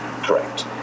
Correct